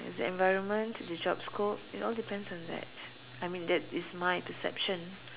is the environment the job scope it all depends on that I mean that is my perception